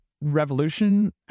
revolution